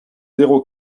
zéro